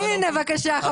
הנה, בבקשה.